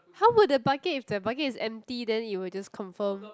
how would the bucket if the bucket is empty then it will just confirm